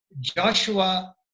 Joshua